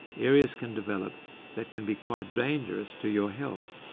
areas can develop that can be quite dangerous to your health,